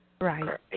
Right